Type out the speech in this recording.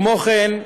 כמו כן,